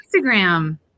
Instagram